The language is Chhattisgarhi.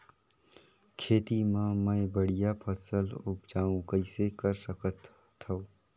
खेती म मै बढ़िया फसल उपजाऊ कइसे कर सकत थव?